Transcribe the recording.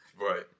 right